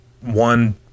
one